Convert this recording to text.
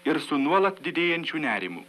ir su nuolat didėjančiu nerimu